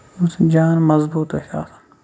جان مضبوٗط ٲسۍ آسان